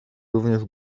również